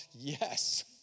yes